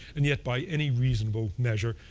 and yet by any reasonable measure,